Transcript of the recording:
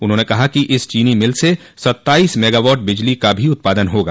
उन्होंने कहा कि इस चीनी मिल से सत्ताइस मेगावाट बिजली का भी उत्पादन होगा